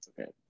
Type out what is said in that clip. Okay